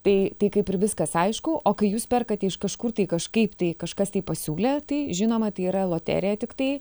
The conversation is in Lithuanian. tai tai kaip ir viskas aišku o kai jūs perkate iš kažkur tai kažkaip tai kažkas tai pasiūlė tai žinoma tai yra loterija tiktai